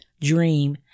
Dream